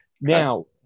Now